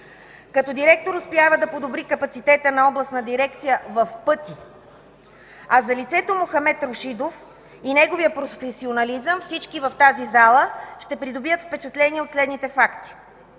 Като директор успява да подобри капацитета на областната дирекция в пъти, а за лицето Мохамед Рушидов и неговия професионализъм всички в тази зала ще придобият впечатление от следните факти.